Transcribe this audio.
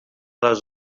les